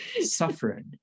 suffering